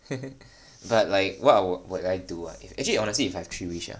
but like what what would I do actually honestly if I have three wish ah